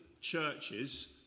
churches